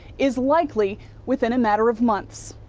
is likely within a matter of months.